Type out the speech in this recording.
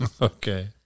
okay